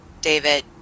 david